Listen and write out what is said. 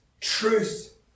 Truth